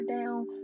down